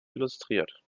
illustriert